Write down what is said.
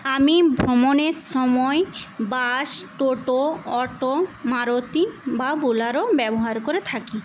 আমি ভ্রমণের সময় বাস টোটো অটো মারুতি বা বোলারো ব্যবহার করে থাকি